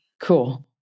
cool